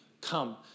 come